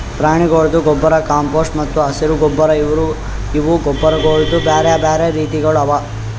ಪ್ರಾಣಿಗೊಳ್ದು ಗೊಬ್ಬರ್, ಕಾಂಪೋಸ್ಟ್ ಮತ್ತ ಹಸಿರು ಗೊಬ್ಬರ್ ಇವು ಗೊಬ್ಬರಗೊಳ್ದು ಬ್ಯಾರೆ ಬ್ಯಾರೆ ರೀತಿಗೊಳ್ ಅವಾ